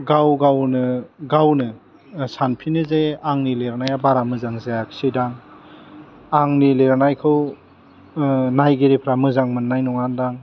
गाव गावनो गावनो सानफिनो जे आंनि लिरनाया बारा मोजां जायाखिसै दां आंनि लिरनायखौ नायगिरिफ्रा मोजां मोन्नाय नङान्दां